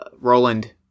Roland